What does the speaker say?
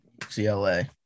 CLA